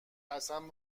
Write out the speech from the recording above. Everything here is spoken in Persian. قسم